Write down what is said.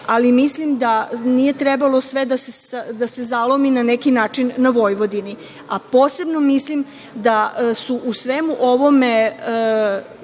ali mislim da nije trebalo to sve da se zalomi na neki način na Vojvodini, a posebno mislim da će u svemu ovome